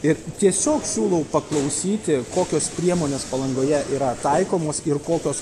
ir tiesiog siūlau paklausyti kokios priemonės palangoje yra taikomos ir kokios